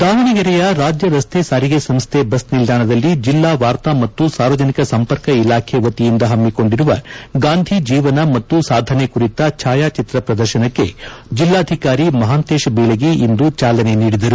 ದಾವಣಗೆರೆಯ ರಾಜ್ಯ ರಸ್ತೆ ಸಾರಿಗೆ ಸಂಸ್ಡೆ ಬಸ್ ನಿಲ್ದಾಣದಲ್ಲಿ ಜಿಲ್ಲಾ ವಾರ್ತಾ ಮತ್ತು ಸಾರ್ವಜನಿಕ ಸಂಪರ್ಕ ಇಲಾಖೆ ವತಿಯಿಂದ ಹಮ್ಮಿಕೊಂಡಿರುವ ಗಾಂಧಿ ಜೀವನ ಮತ್ತು ಸಾಧನೆ ಕುರಿತ ಛಾಯಾಚಿತ್ರ ಪ್ರದರ್ಶನಕ್ಕೆ ಜಿಲ್ಲಾಧಿಕಾರಿ ಮಹಾಂತೇಶ ಬೀಳಗಿ ಇಂದು ಚಾಲನೆ ನೀಡಿದರು